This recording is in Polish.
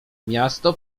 miasto